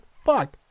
Fuck